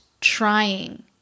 trying